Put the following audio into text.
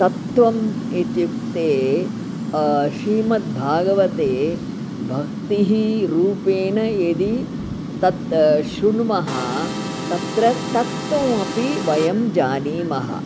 तत्वम् इत्युक्ते श्रीमद्भागवते भक्तेः रूपेण यदि तत् शृणुमः तत्र तत्वमपि वयं जानीमः